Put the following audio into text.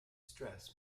stress